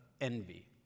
envy